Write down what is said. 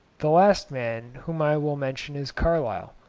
the last man whom i will mention is carlyle,